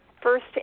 first